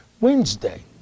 wednesday